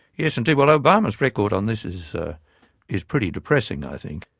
yes, indeed. well obama's record on this is ah is pretty depressing, i think.